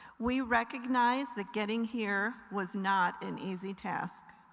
we recognize that getting here was not an easy task.